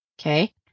okay